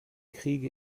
kriege